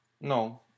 No